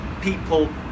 people